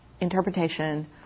interpretation